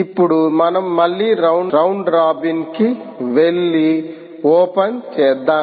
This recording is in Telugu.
ఇప్పుడు మనం మళ్ళీ రౌండ్ రాబిన్ కి వెళ్ళి ఓపెన్ చేద్దాము